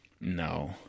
no